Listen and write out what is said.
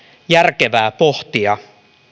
järkevää pohtia